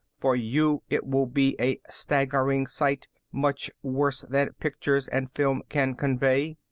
for you it will be a staggering sight, much worse than pictures and film can convey.